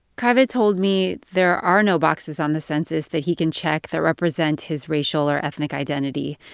kaveh told me there are no boxes on the census that he can check that represent his racial or ethnic identity.